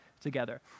together